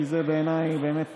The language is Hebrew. כי זה בעיניי באמת